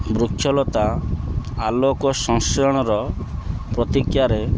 ବୃକ୍ଷଲତା ଆଲୋକ ସଂଶ୍ରଣର ପ୍ରତୀକ୍ଷାରେ